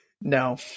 No